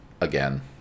again